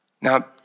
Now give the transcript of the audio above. Now